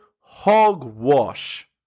hogwash